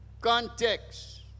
Context